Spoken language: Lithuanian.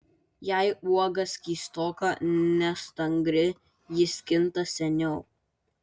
jei uoga skystoka nestangri ji skinta seniau